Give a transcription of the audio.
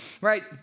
right